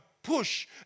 push